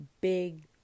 big